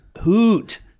Hoot